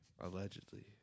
Allegedly